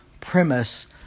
premise